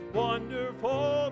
wonderful